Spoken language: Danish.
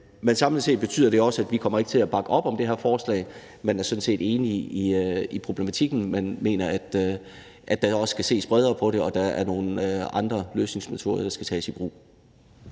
det. Samlet set betyder det, at vi ikke kommer til at bakke op om det her forslag. Vi er sådan set enige i, at der er den problematik, men mener, at der også skal ses bredere på det, og at der er nogle andre løsningsmetoder, der skal tages i brug.